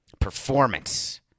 Performance